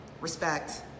respect